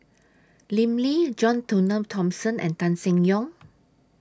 Lim Lee John Thomson and Tan Seng Yong